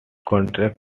contract